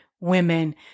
women